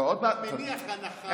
אתה מניח הנחה ומקשה קושיה.